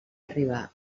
arribar